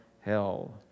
hell